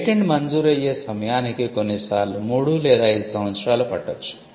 patent మంజూరు అయ్యే సమయానికి కొన్నిసార్లు 3 లేదా 5 సంవత్సరాలు పట్టొచ్చు